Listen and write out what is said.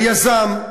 היזם,